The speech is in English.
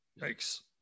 Yikes